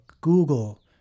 Google